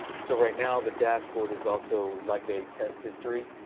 so right now the dashboard is also like a test history.